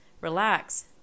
Relax